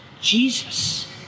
Jesus